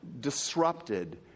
disrupted